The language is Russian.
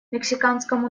мексиканскому